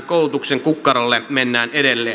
koulutuksen kukkarolle mennään edelleen